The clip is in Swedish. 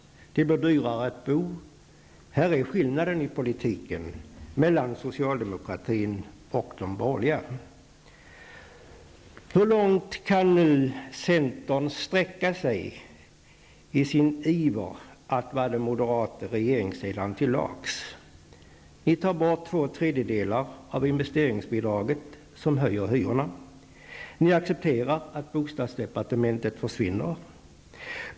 Det blir dyrare att bo. Här är skillnaden i politiken mellan socialdemokratin och de borgerliga. Hur långt kan nu centern sträcka sig i sin iver att vara den moderate regeringsledaren till lags? Ni tar bort två tredjedelar av investeringsbidraget, vilket höjer hyrorna. Ni accepterar att bostadsdepartementet försvinner.